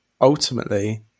ultimately